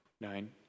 nine